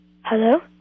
Hello